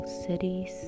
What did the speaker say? cities